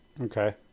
Okay